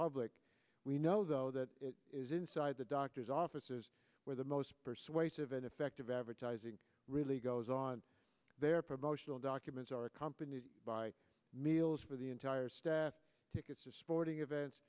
public we know though that it is inside the doctors offices where the most persuasive and effective advertising really goes on their promotional documents are accompanied by meals for the entire staff tickets to sporting events